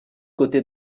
côté